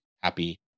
happy